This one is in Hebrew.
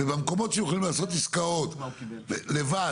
ובמקומות שבהם יכולים לעשות עסקאות לבד,